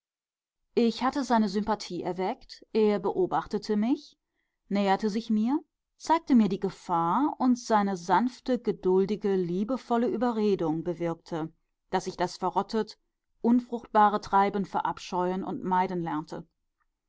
ich hatte seine sympathie erweckt er beobachtete mich näherte sich mir zeigte mir die gefahr und seine sanfte geduldige liebevolle überredung bewirkte daß ich das verrottet unfruchtbare treiben verabscheuen und meiden lernte